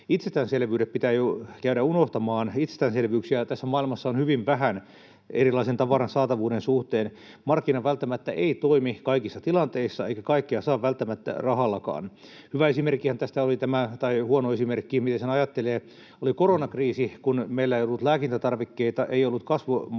Itsestäänselvyydet pitää käydä unohtamaan. Itsestäänselvyyksiähän tässä maailmassa on hyvin vähän erilaisen tavaran saatavuuden suhteen. Markkina välttämättä ei toimi kaikissa tilanteissa, eikä kaikkea saa välttämättä rahallakaan. Hyvä esimerkkihän tästä oli tämä — tai huono esimerkki, miten sen ajattelee — koronakriisi, kun meillä ei ollut lääkintätarvikkeita — ei ollut kasvomaskeja